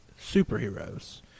superheroes